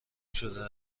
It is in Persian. شده